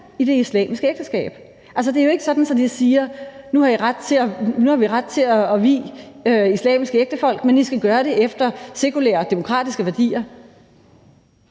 i det islamiske ægteskab. Altså, det er jo ikke sådan, at man siger, at de nu har ret til at vie islamiske ægtefolk, men at de skal gøre det efter sekulære og demokratiske værdier.